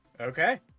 Okay